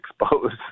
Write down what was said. exposed